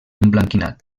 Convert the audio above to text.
emblanquinat